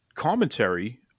commentary